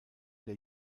der